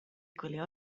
gwylio